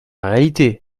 réalité